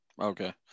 Okay